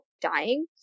dying